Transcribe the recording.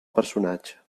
personatge